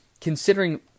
considering